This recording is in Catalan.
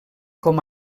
com